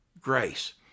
grace